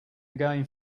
again